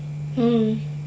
mm